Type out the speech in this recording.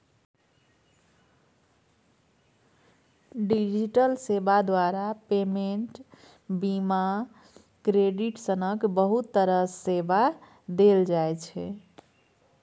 digital सेबा द्वारा payment, बीमा, क्रेडिट सनक बहुत रास सेबा देल जाइ छै